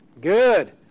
Good